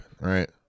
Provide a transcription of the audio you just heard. right